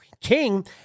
King